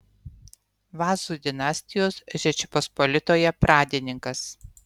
vazų dinastijos žečpospolitoje pradininkas